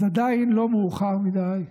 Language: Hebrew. אז עדיין לא מאוחר מדי.